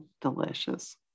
delicious